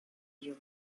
your